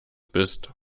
bist